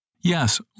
Yes